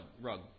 rug